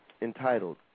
entitled